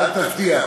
אל תבטיח.